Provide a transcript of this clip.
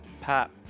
pap